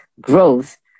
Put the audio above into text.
growth